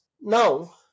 now